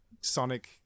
Sonic